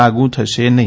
લાગૂ થશે નહી